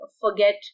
forget